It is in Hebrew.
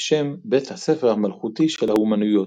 בשם "בית הספר המלכותי של האומנויות",